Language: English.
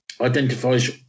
identifies